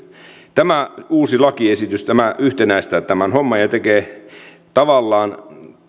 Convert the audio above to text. tämä uusi lakiesitys yhtenäistää tämän homman ja tekee tavallaan